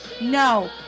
No